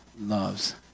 loves